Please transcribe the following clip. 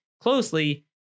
closely